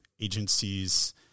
agencies